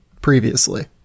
previously